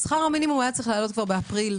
שכר המינימום היה צריך לעלות כבר באפריל,